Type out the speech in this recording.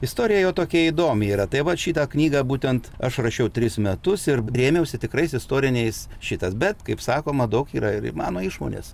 istorija jo tokia įdomi yra tai va šitą knygą būtent aš rašiau tris metus ir rėmiausi tikrais istoriniais šitas bet kaip sakoma daug yra ir mano išmonės